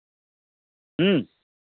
ᱦᱮᱸ